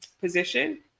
position